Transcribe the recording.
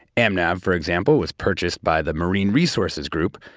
amnav, for example, was purchased by the marine resources group,